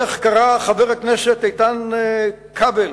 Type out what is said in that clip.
איך קרה, חבר הכנסת איתן כבל,